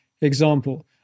example